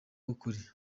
w’ukuri